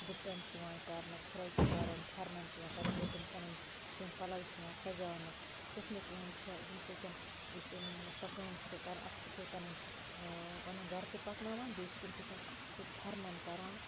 دُپٹَن چھِ یِوان کَرنہٕ فِراق یَزارَن پھیٚرنن چھِ یِوان کَرنہٕ ییٚمہ سۭتۍ تم پَننۍ سٲنٛۍ پَلَو چھِ یِوان سَجاونہٕ سٕژنہِ کٲم چھَ ییٚمہِ سۭتۍ أسۍ سۄ کٲم تہِ چھِ کَران اکھ چھ تَمہ سۭتۍ پَنن پَنُن گَرٕ تہِ پَکناوان بیٚیہِ چھِ تمہ سۭتۍ سُہ چھُ پھیٚرنن کَران